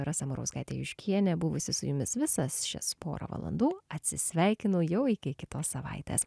rasa murauskaitė juškienė buvusi su jumis visas šias porą valandų atsisveikinu jau iki kitos savaitės